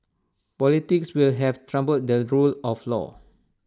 politics will have trumped the rule of law